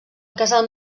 casal